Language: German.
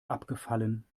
abgefallen